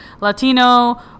Latino